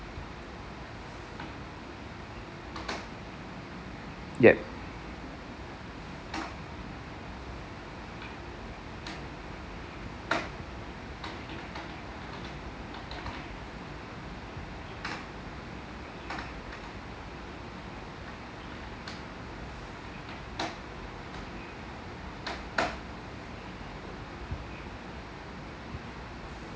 yup